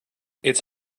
its